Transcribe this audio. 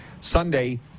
Sunday